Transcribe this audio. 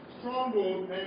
Stronghold